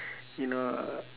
you know uh